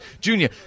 Junior